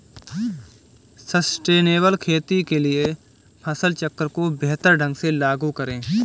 sustainable खेती के लिए फसल चक्र को बेहतर ढंग से लागू करें